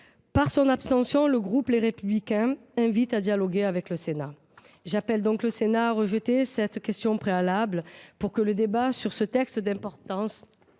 Par son abstention, le groupe Les Républicains invite à dialoguer avec le Sénat. » J’appelle donc le Sénat à rejeter cette motion tendant à opposer la question préalable pour que le débat sur ce texte d’importance